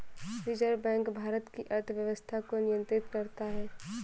reserve bank Bharat की अर्थव्यवस्था को नियन्त्रित करता है